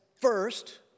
first